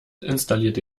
installierte